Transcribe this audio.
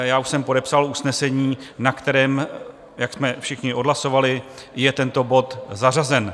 Já už jsem podepsal usnesení, na kterém, jak jsme všichni odhlasovali, je tento bod zařazen.